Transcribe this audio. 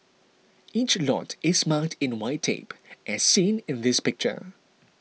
each lot is marked in white tape as seen in this picture